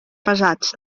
pesats